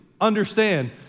understand